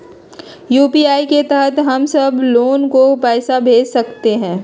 UPI के तहद हम सब लोग को पैसा भेज सकली ह?